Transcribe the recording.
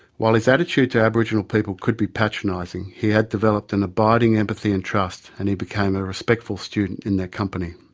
while his attitude to aboriginal people could be patronising, he had developed an abiding empathy and trust and he became a respectful student in their company.